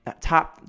top